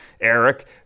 Eric